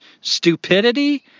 Stupidity